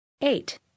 Eight